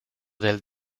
del